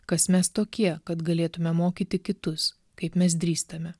kas mes tokie kad galėtume mokyti kitus kaip mes drįstame